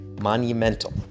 monumental